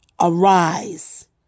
Arise